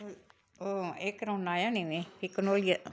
एह् कोरोना आया नी मी कंडोलियै दा